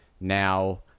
now